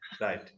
Right